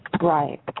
Right